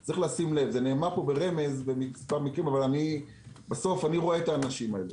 יש לשים לב - בסוף אני רואה את האנשים האלה.